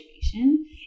situation